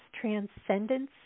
Transcendence